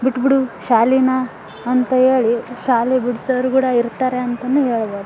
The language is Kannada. ಬಿಟ್ಟುಬಿಡು ಶಾಲೆನ ಅಂತ ಹೇಳಿ ಶಾಲೆ ಬಿಡಿಸೋರು ಕೂಡ ಇರ್ತಾರೆ ಅಂತನೂ ಹೇಳ್ಬೋದು